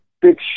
big